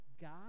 God